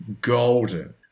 golden